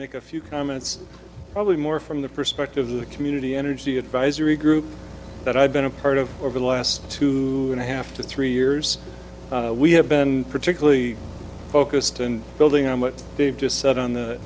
make a few comments probably more from the perspective of the community energy advisory group that i've been a part of over the last two and a half to three years we have been particularly focused in building on what they've just said on the